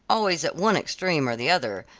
always at one extreme or the other,